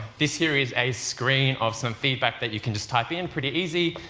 this here is a screen of some feedback that you can just type in, pretty easy.